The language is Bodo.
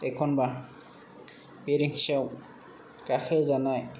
एखनबा बेरेन्सियाव गाखोहोजानाय